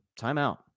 Timeout